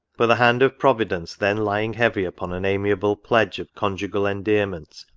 but the hand of providence then lying heavy upon an amiable pledge of conjugal endearment,